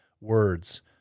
words